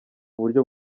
uburyo